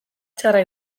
txarra